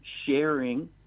sharing